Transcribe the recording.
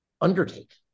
undertake